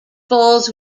falls